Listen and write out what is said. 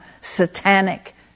satanic